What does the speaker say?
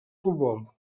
futbol